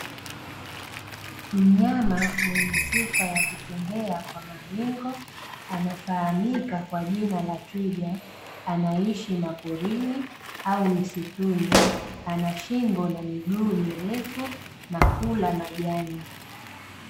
Mnyama mwenye sifa ya kutembea kwa malingo anafahamika kwa jina la Twiga anaishi maporini au msituni anashingo na miguu mirefu na kula majani.